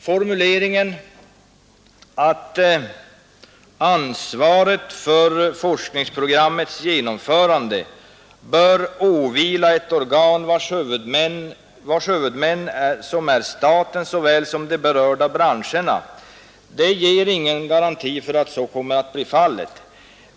Formuleringen att ansvaret för forskningsprogrammets genomförande bör åvila ett organ vars huvudmän är såväl staten som de berörda branscherna ger ingen garanti för att så kommer att bli fallet.